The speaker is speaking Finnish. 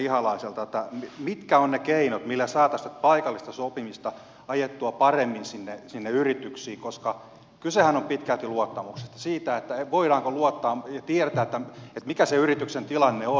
mitkä ovat ne keinot millä saataisiin paikallista sopimista ajettua paremmin sinne yrityksiin koska kysehän on pitkälti luottamuksesta siitä voidaanko luottaa ja tietää mikä se yrityksen tilanne on